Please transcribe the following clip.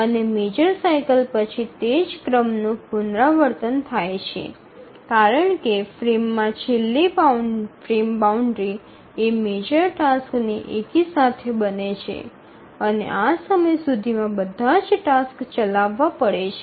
અને major cycle પછી તે જ ક્રમનું પુનરાવર્તન થાય છે કારણ કે ફ્રેમમાં છેલ્લી ફ્રેમ બાઉન્ડ્રી એ મેજર સાઇકલ ની એકી સાથે બને છે અને આ સમય સુધીમાં બધા જ ટાસક્સ ચાલાવવા પડે છે